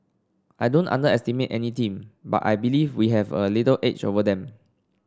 I don't underestimate any team but I believe we have a little edge over them